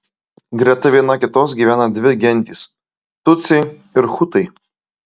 greta viena kitos gyvena dvi gentys tutsiai ir hutai